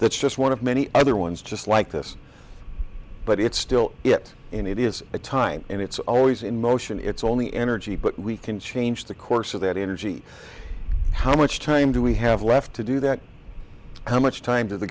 that's just one of many other ones just like this but it's still yet and it is a time and it's always in motion it's only energy but we can change the course of that energy how much time do we have left to do that how much time to the